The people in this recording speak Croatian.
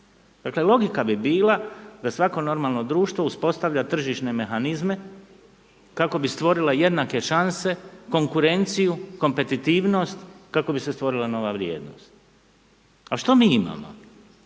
Dakle logika bi bila da svako normalno društvo uspostavlja tržišne mehanizme kako bi stvorila jednake šanse, konkurenciju, kompetitivnost, kako bi se stvorila nova vrijednost. A što mi imamo?